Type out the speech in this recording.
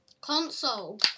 Console